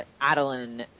Adeline